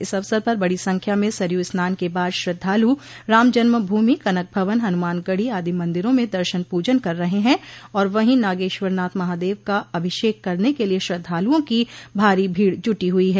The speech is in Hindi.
इस अवसर पर बड़ी संख्या में सरयू स्नान के बाद श्रद्धालु रामजन्मभूमि कनक भवन हनुमानगढ़ी आदि मंदिरों में दर्शन पूजन कर रहे हैं और वहीं नागेश्वरनाथ महादेव का अभिषेक करने के लिए श्रद्धालुओं की भारी भीड़ जुटी हुई है